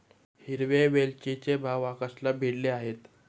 हिरव्या वेलचीचे भाव आकाशाला भिडले आहेत